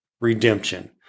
redemption